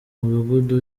mudugudu